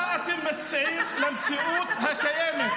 מה אתם מציעים -- אתה תושב ישראל,